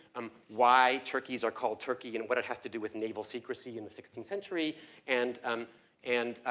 um why turkeys are called turkey and what it has to do with naval secrecy in the sixteenth century and um and,